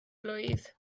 blwydd